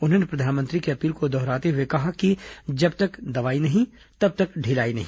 उन्होंने प्रधानमंत्री की अपील को दोहराते हुए कहा कि जब तक दवाई नहीं तब तक ढिलाई नहीं